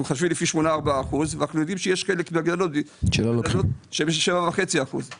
אנחנו מחשבים לפי 8.4 אחוזים ואנחנו יודעים שיש כאלה עם 7.5 אחוזים.